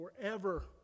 forever